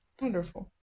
Wonderful